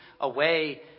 away